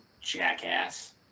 jackass